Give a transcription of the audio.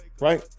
Right